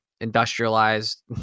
industrialized